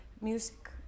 music